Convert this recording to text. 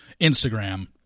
Instagram